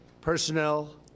personnel